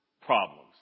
problems